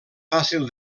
fàcil